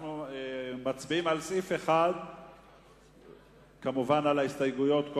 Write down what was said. אנחנו מצביעים כמובן על ההסתייגויות,